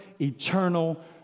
eternal